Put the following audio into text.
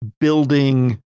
building